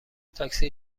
تاکسی